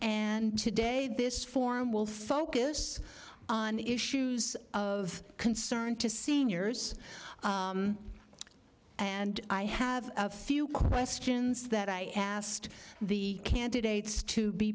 and today this forum will focus on issues of concern to seniors and i have a few questions that i asked the candidates to be